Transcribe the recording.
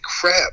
crap